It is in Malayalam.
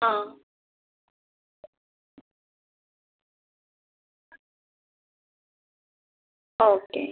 ആ ഓക്കെ